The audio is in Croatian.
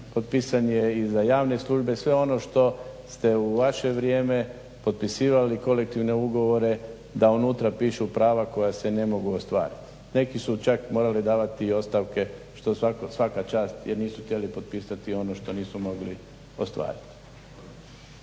potpisan je i za javne službe i sve ono što ste u vaše vrijeme potpisivali kolektivne ugovore da unutra pišu prava koja se ne mogu ostvariti. Neki su čak morali davati i ostavke što svaka čast jer nisu htjeli potpisati ono što nisu mogli ostvariti.